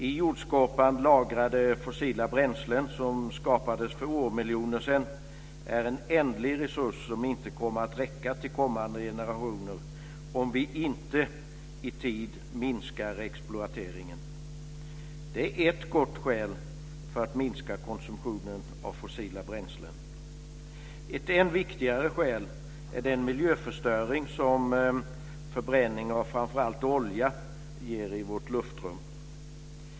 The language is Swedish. I jordskorpan lagrade fossila bränslen som skapades för årmiljoner sedan är en ändlig resurs som inte kommer att räcka till kommande generationer om vi inte i tid minskar exploateringen. Det är ett gott skäl för att minska konsumtionen av fossila bränslen. Ett än viktigare skäl är den miljöförstöring som förbränning av framför allt olja ger i vårt luftrum.